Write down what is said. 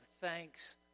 thanks